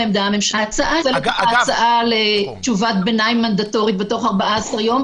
--- ההצעה לתשובת ביניים מנדטורית בתוך 14 יום,